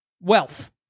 wealth